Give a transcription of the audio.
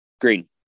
Green